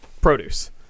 produce